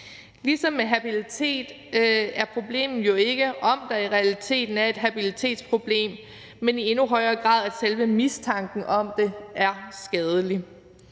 Ligesom med habilitet er problemet jo ikke, om der i realiteten er et habilitetsproblem, men i endnu højere grad, at selve mistanken om det er skadelig.